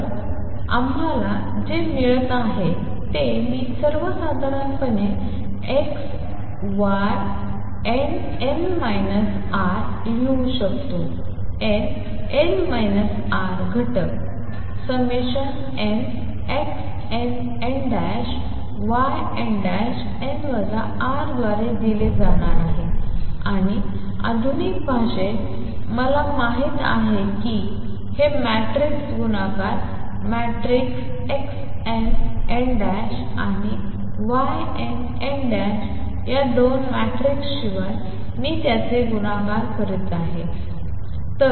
तर आम्हाला जे मिळत आहे ते मी सर्वसाधारणपणे X Y nn τ लिहू शकतो n n τ घटक nXnnYnn τ द्वारे दिला जाणार आहे आणि आधुनिक भाषेत मला माहीत आहे की हे मॅट्रिक्स गुणाकार मॅट्रिक्स Xn n' आणि Yn n' या दोन मॅट्रिक्सशिवाय मी त्यांचे गुणाकार करत आहे